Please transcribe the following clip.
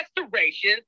restoration